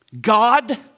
God